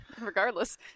regardless